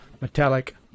metallic